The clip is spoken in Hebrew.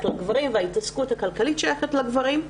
לגברים וההתעסקות הכלכלית שייכת לגברים.